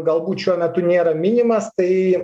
galbūt šiuo metu nėra minimas tai